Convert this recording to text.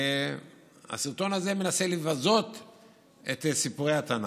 הסרטון הזה מנסה לבזות את סיפורי התנ"ך.